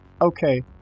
Okay